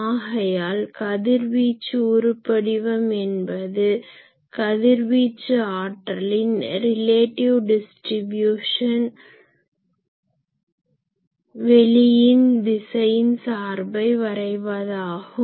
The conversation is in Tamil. ஆகையால் கதிர்வீச்சு உருபடிவம் என்பது கதிர்வீச்சு ஆற்றலின் ரிலேட்டாவ் டிஸ்ட்ரிபியூஷன் relative distribution ஒப்புமை பகிர்மானம் வெளியின் திசையின் சார்பை வரைவதாகும்